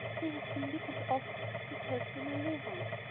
they have been wicked, often, said hester, in a low voice.